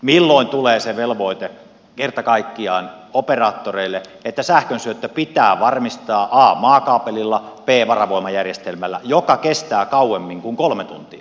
milloin tulee se velvoite kerta kaikkiaan operaattoreille että sähkönsyöttö pitää varmistaa a maakaapelilla b varavoimajärjestelmällä joka kestää kauemmin kuin kolme tuntia